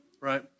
Right